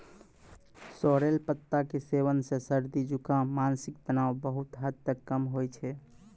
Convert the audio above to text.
sorrel पत्ता के सेवन सॅ सर्दी, जुकाम, मानसिक तनाव बहुत हद तक कम होय छै